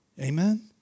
Amen